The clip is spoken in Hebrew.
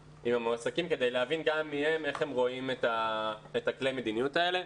המועסקים כדי להבין גם מהם איך הם רואים את כליי המדיניות האלה.